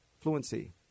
fluency